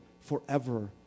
forever